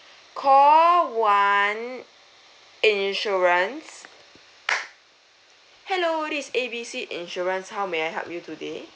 call one insurance hello this A B C insurance how may I help you today